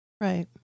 Right